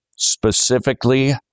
specifically